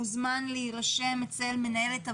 מוזמן להירשם אצל מנהלת הוועדה.